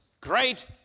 great